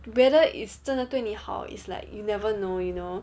whether it's 真的对你好 is like you never know you know